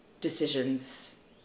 decisions